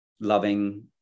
loving